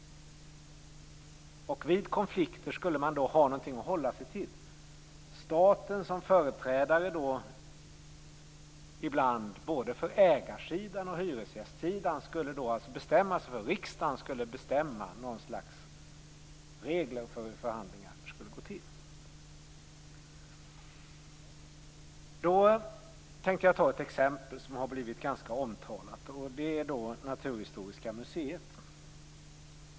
Vid konflikter skulle man ha något att hålla sig till. Staten, dvs. riksdagen, som ibland var företrädare för både ägar och hyresgästsidan skulle bestämma sig för något slags regler för hur förhandlingarna skulle gå till. Jag tänkte ta ett exempel som har blivit ganska omtalat, nämligen Naturhistoriska riksmuseet.